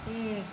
एक